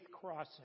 crossing